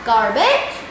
Garbage